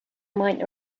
might